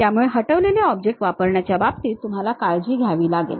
त्यामुळे हटवलेले ऑब्जेक्ट वापरण्याच्या बाबतीत तुम्हाला काळजी घ्यावी लागेल